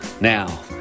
Now